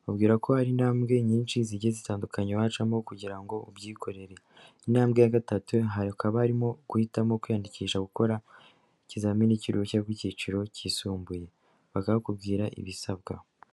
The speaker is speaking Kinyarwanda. ikubwira ko hari intambwe nyinshi zigiye zitandukanye wacamo kugira ngo ubyikorere, intambwe ya gatatu hari ukaba arimo guhitamo kwiyandikisha gukora ikizamini cy'uruhushya rw'icyiciro cyisumbuye bakakubwira ibisabwa.